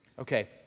Okay